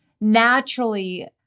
naturally